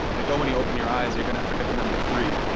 like oh, when you open your eyes, you're gonna forget the number three.